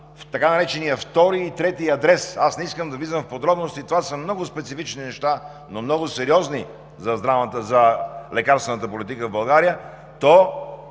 така наречения втори и трети адрес, аз не искам да влизам в подробности, това са много специфични неща, но и много сериозни за лекарствената политика в България, то